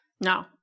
No